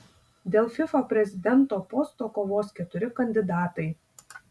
dėl fifa prezidento posto kovos keturi kandidatai